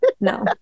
No